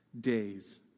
days